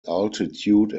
altitude